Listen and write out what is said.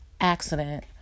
accident